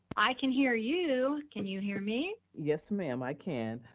i can hear you, can you hear me? yes ma'am, i can.